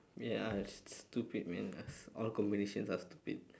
ya it's stupid man all combinations are stupid